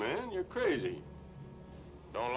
man you're crazy don't